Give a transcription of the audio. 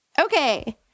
Okay